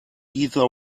either